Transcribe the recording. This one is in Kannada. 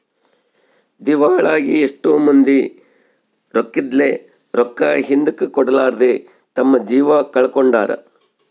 ದಿವಾಳಾಗಿ ಎಷ್ಟೊ ಮಂದಿ ರೊಕ್ಕಿದ್ಲೆ, ರೊಕ್ಕ ಹಿಂದುಕ ಕೊಡರ್ಲಾದೆ ತಮ್ಮ ಜೀವ ಕಳಕೊಂಡಾರ